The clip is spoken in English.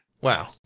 Wow